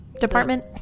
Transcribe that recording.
department